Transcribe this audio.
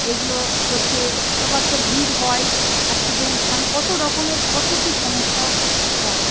এগুলো হচ্ছে তারপর তো ভিড় হয় অ্যাক্সিডেন্ট মানে কত রকমের কত কি সমস্যা হয়